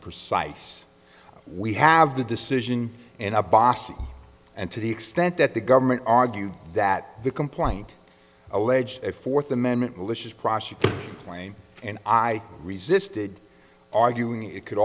precise we have the decision in a box and to the extent that the government argued that the complaint alleged a fourth amendment malicious prosecution claim and i resisted arguing it could